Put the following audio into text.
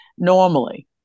normally